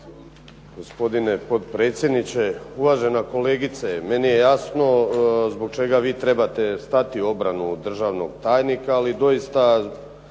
gospodine potpredsjedniče. Uvažena kolegice, meni je jasno zbog čega vi trebate stati u obranu državnog tajnika. Ali doista